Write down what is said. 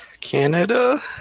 Canada